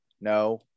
No